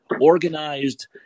organized